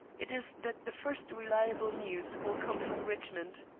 it is that the first reliable news will come from richmond.